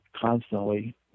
constantly